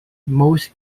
most